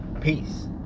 Peace